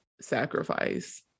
sacrifice